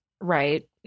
right